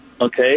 okay